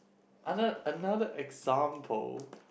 ano~ another example